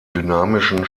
dynamischen